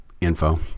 Info